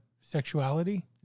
sexuality